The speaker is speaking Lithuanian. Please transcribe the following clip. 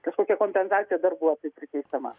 kažkokia kompensacija darbuotojui priteisiama